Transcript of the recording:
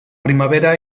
primavera